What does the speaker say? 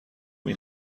این